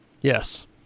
Yes